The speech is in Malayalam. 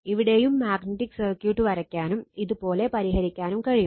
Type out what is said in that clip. ഇവിടെയും മാഗ്നറ്റിക് സർക്യൂട്ട് വരയ്ക്കാനും ഇതുപോലെ പരിഹരിക്കാനും കഴിയും